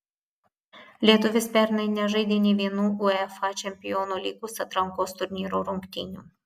lietuvis pernai nežaidė nė vienų uefa čempionų lygos atrankos turnyro rungtynių